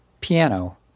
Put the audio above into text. piano